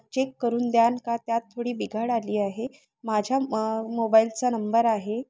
check करून द्याल का त्यात थोडी बिघाड आली आहे माझ्या मोबाईलचा नंबर आहे